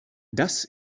das